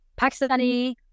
Pakistani